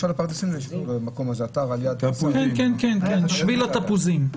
זה אתר על יד --- כן, שביל התפוזים.